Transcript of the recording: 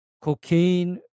cocaine